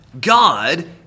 God